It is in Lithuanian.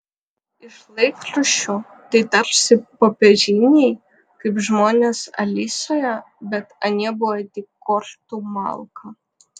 iš laikraščių tai tarsi popieriniai kaip žmonės alisoje bet anie buvo tik kortų malka